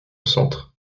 centre